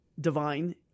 divine